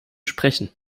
sprechen